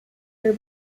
her